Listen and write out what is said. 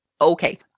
Okay